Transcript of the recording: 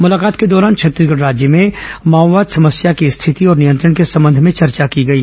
मुलाकात के दौरान छत्तीसगढ़ राज्य में माओवाद समस्या की रिथेति और नियंत्रण के संबंध में चर्चो की गई